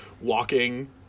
walking